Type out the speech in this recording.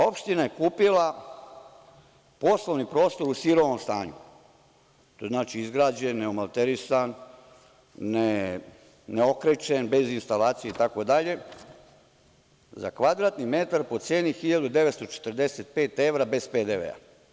Opština je kupila poslovni prostor u sirovom stanju, to znači izgrađeno, omalterisano, neokrečen, bez instalacija, itd, za kvadratni metar po ceni 1.954 evra bez PDV.